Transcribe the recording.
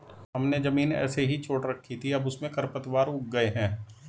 हमने ज़मीन ऐसे ही छोड़ रखी थी, अब उसमें खरपतवार उग गए हैं